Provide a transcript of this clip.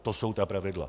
To jsou ta pravidla.